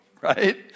right